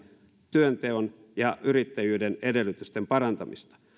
työnteon ja yrittäjyyden edellytysten parantamista